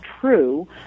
true